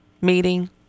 meeting